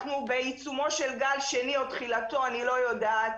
אנחנו בעיצומו של גל שני או תחילתו, אני לא יודעת.